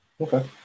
Okay